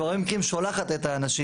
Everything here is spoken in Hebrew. ובהרבה מקרים שולחת את האנשים,